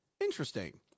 interesting